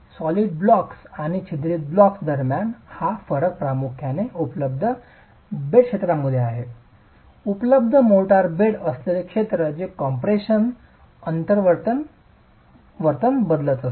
तर solid blocks आणि छिद्रित ब्लॉक्स दरम्यान हा फरक प्रामुख्याने उपलब्ध बेड क्षेत्रामुळे आहे उपलब्ध मोर्टार बेड असलेले क्षेत्र जे कम्प्रेशन अंतर्गतच वर्तन बदलते